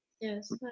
Yes